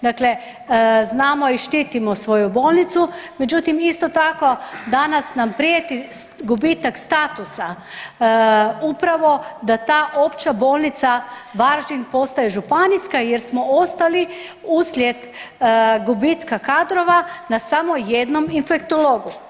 Dakle, znamo i štitimo svoju bolnicu, međutim isto tako danas nam prijeti gubitak statusa upravo da ta opća bolnica Varaždin postaje županijska jer smo ostali uslijed gubitka kadrova na samo jednom infektologu.